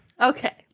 Okay